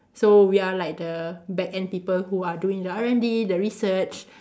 so we are like the back end people who are doing the R&D the research